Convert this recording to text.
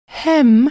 hem